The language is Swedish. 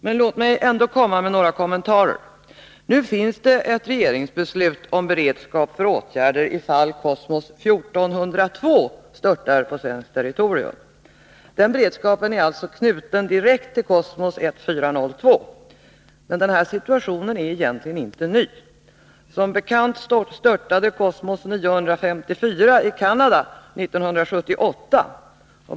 Men låt mig ändå få komma med några kommentarer. Nu finns det ett 7n regeringsbeslut om beredskap för åtgärder ifall Kosmos 1402 störtar på svenskt territorium. Den beredskapen är alltså knuten direkt till Kosmos 1402. Men den här situationen är egentligen inte ny. Som bekant störtade Kosmos 954 i Canada 1978.